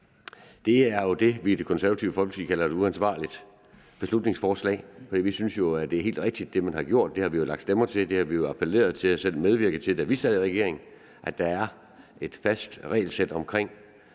Det er jo det, vi i Det Konservative Folkeparti kalder et uansvarligt beslutningsforslag, for vi synes jo, at det, man har gjort, er helt rigtigt, for det har vi jo lagt stemmer til, det har vi appelleret til og selv medvirket til, da vi sad i regering, altså at der er et fast regelsæt omkring